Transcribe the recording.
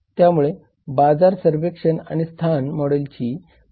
त्यामुळे बाजार सर्वेक्षण आणि स्थान मॉडेलचे वापर करावे लागेल